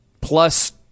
plus